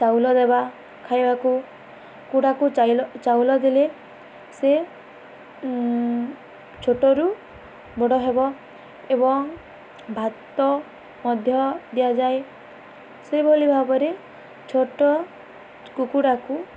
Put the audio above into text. ଚାଉଳ ଦେବା ଖାଇବାକୁ କୁକୁଡ଼ାକୁ ଚାଉଳ ଦେଲେ ସେ ଛୋଟରୁ ବଡ଼ ହେବ ଏବଂ ଭାତ ମଧ୍ୟ ଦିଆଯାଏ ସେଭଳି ଭାବରେ ଛୋଟ କୁକୁଡ଼ାକୁ